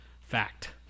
Fact